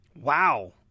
Wow